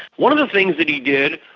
one of the things that he did,